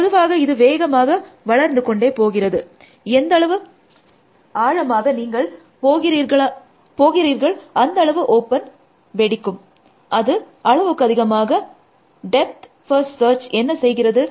பொதுவாக இது வேகமாக வளர்ந்து கொண்டே போகிறது எந்தளவு ஆழமாக நீங்கள் போகிறீர்களா அந்தளவு ஓப்பன் வெடிக்கும் அது அளவுக்கதிகமாக 5002 டெப்த் ஃபர்ஸ்ட் சர்ச் என்ன செய்கிறது